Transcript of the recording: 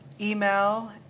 Email